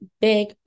big